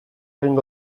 egingo